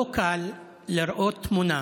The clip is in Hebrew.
לא קל לראות תמונה